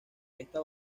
esta